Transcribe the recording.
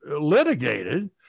litigated